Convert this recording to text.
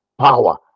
power